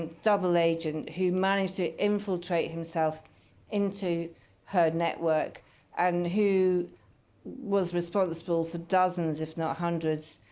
double agent who managed to infiltrate himself into her network and who was responsible for dozens, if not hundreds,